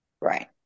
Right